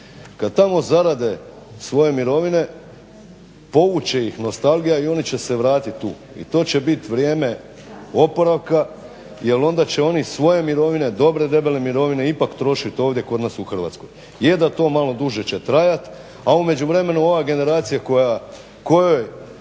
Kad tamo zarade svoje mirovine povući će ih nostalgija i oni će se vratit tu i to će bit vrijeme oporavka jer onda će oni svoje mirovine, dobre, debele mirovine ipak trošit ovdje kod nas u Hrvatskoj. Je da to malo duže će trajat, a u međuvremenu ova generacija kojoj